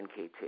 NKT